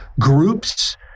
groups